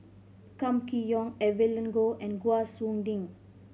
Kam Kee Yong Evelyn Goh and